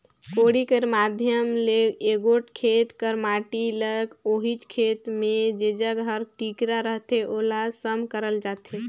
कोड़ी कर माध्यम ले एगोट खेत कर माटी ल ओहिच खेत मे जेजग हर टिकरा रहथे ओला सम करल जाथे